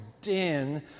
din